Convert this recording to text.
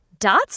Dot's